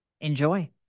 Enjoy